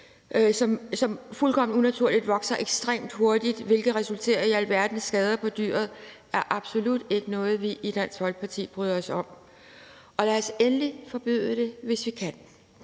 som fuldstændig unaturligt vokser ekstremt hurtigt, hvilket resulterer i alverdens skader på dyret, er absolut ikke noget, vi bryder sig om i Dansk Folkeparti. Lad os endelig forbyde det, hvis vi kan.